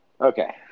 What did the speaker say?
Okay